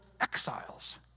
exiles